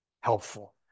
helpful